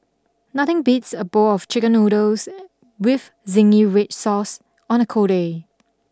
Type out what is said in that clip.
nothing beats a bowl of chicken noodles with zingy Red Sauce on a cold day